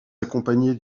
accompagnée